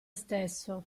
stesso